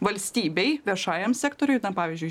valstybei viešajam sektoriui pavyzdžiui